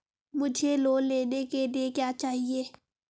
मुझे लोन लेने के लिए क्या चाहिए?